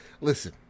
listen